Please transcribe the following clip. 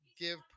give